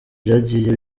byagiye